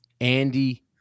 Andy